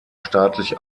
staatlich